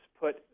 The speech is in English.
put